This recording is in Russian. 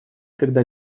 когда